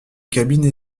cabines